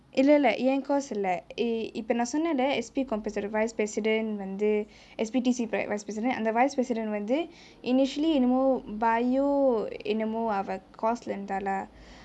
இல்லே இல்லே என்:illae illae en course இல்லே இப்பே நா சொன்னலே:illae ippe naa sonnalae S_P compass ஓட:ode vice president வந்து:vanthu S_P_T_C vice president அந்த:antha vice president வந்து:vanthu initially என்னமோ:ennamo biology என்னமோ அவ:ennamo ava course லே இருந்தாலா:le irunthaalaa